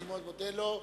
אני מאוד מודה לו,